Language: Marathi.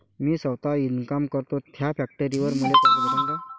मी सौता इनकाम करतो थ्या फॅक्टरीवर मले कर्ज भेटन का?